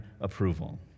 approval